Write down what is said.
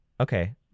Okay